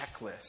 checklist